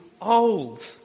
old